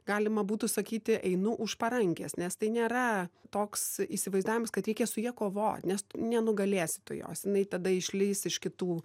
galima būtų sakyti einu už parankės nes tai nėra toks įsivaizdavimas kad reikia su ja kovot nes nenugalėsi tu jos jinai tada išlįs iš kitų